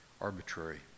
arbitrary